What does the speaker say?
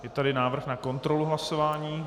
Je tady návrh na kontrolu hlasování.